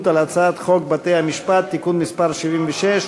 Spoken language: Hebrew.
על הצעת חוק בתי-המשפט (תיקון מס' 76),